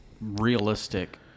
realistic